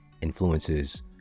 influences